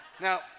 Now